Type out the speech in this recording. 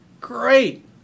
Great